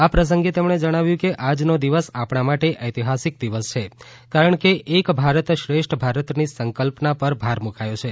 આ પ્રસંગે તેમણે જણાવ્યું કે આજનો દિવસ આપણા માટે ઐતિહાસીક દિવસ છે કારણ કે એક ભારત શ્રેષ્ઠ ભારતની સંકલ્પના પર ભાર મુકાયો છે